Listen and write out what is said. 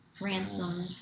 ransomed